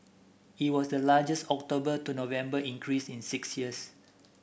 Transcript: it was the largest October to November increase in six years